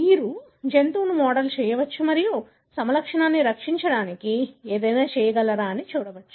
మీరు జంతువును మోడల్ చేయవచ్చు మరియు సమలక్షణాన్ని రక్షించడానికి ఏదైనా చేయగలరా అని చూడవచ్చు